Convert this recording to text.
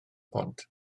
bont